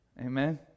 amen